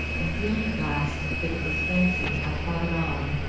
and feeling at last that it was fancy i plodded on,